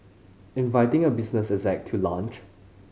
inviting a business exec to lunch